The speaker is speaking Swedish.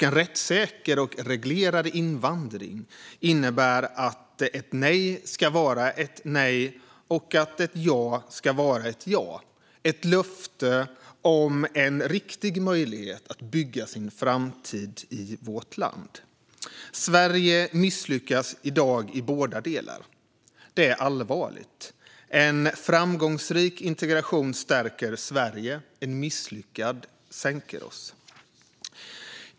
En rättssäker och reglerad invandring innebär att ett nej ska vara ett nej och att ett ja ska vara ett ja - ett löfte om en riktig möjlighet att bygga sin framtid i vårt land. Sverige misslyckas i dag i båda delar. Det är allvarligt. En framgångsrik integration stärker Sverige och en misslyckad sänker oss.